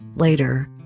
Later